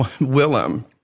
Willem